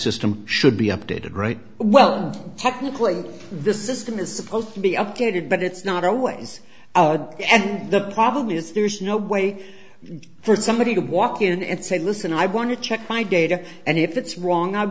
system should be updated right well technically this system is supposed to be updated but it's not always allowed and the problem is there's no way for somebody to walk in and say listen i want to check my data and if it's wrong i